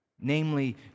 Namely